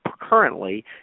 currently